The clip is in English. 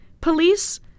police